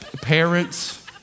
parents